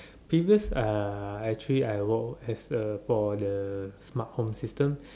biggest uh actually I work as the for the smart home system